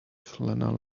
lena